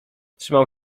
trzymał